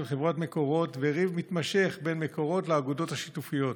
חברת מקורות וריב מתמשך בין מקורות לאגודות השיתופיות.